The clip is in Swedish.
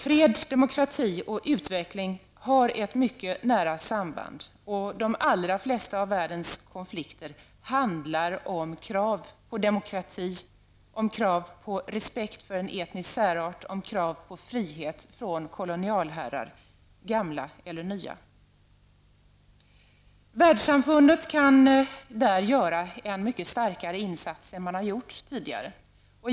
Fred, demokrati och utveckling har ett mycket nära samband, och de allra flesta av världens konflikter handlar om krav på demokrati, krav på respekt för en etnisk särart och krav på frihet från kolonialherrar, gamla eller nya. Världssamfundet kan i detta sammanhang göra en mycket starkare insats än man tidigare har gjort.